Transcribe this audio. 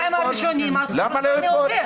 היומיים הראשונים על חשבון העובד.